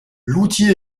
l’outil